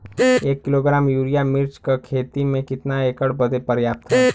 एक kilogram urea मिर्च क खेती में कितना एकड़ बदे पर्याप्त ह?